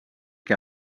que